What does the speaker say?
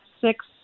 six